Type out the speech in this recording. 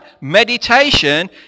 Meditation